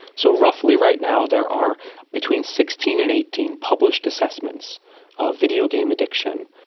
so roughly right now there are between sixteen and eighteen published assessments of videogame addiction.